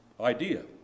idea